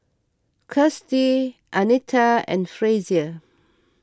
Kirstie Anita and Frazier